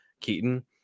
Keaton